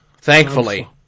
Thankfully